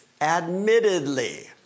Admittedly